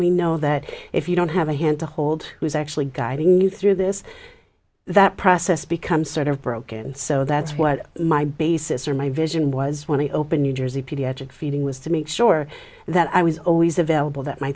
we know that if you don't have a hand to hold who's actually guiding you through this that process becomes sort of broken so that's what my basis or my vision was when i open new jersey pediatric feeding was to make sure that i was always available that my